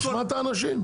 תשמע את האנשים.